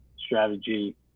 strategy